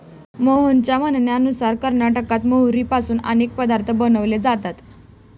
मोहनच्या म्हणण्यानुसार कर्नाटकात मोहरीपासून अनेक पदार्थ बनवले जातात